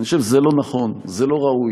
אני חושב שזה לא נכון, זה לא ראוי.